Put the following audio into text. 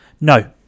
no